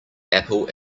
apple